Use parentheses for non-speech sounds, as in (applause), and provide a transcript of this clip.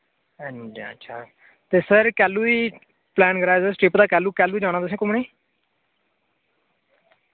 (unintelligible) ते सर कैलू दी प्लैन करा दे तुस ट्रिप दा कैलू कैलू जाना तुसैं घुमने